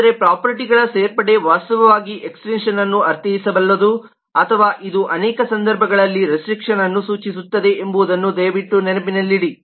ಆದರೆ ಪ್ರೊಪರ್ಟಿಗಳ ಸೇರ್ಪಡೆ ವಾಸ್ತವವಾಗಿ ಎಕ್ಸ್ ಟೆನ್ಶನ್ಅನ್ನು ಅರ್ಥೈಸಬಲ್ಲದು ಅಥವಾ ಇದು ಅನೇಕ ಸಂದರ್ಭಗಳಲ್ಲಿ ರೆಸ್ಟ್ರಿಕ್ಷನ್ಅನ್ನು ಸೂಚಿಸುತ್ತದೆ ಎಂಬುದನ್ನು ದಯವಿಟ್ಟು ನೆನಪಿನಲ್ಲಿಡಿ